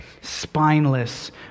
spineless